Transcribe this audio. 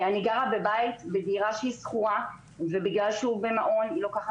אני גרה בבית בדירה שהיא שכורה והיא לוקחת